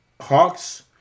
Hawks